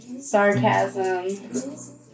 sarcasm